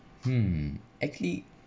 hmm actually